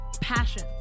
passion